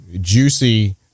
juicy